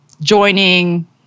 joining